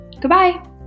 Goodbye